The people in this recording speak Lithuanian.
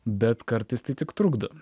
bet kartais tai tik trukdo